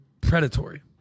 predatory